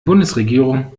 bundesregierung